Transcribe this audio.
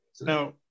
Now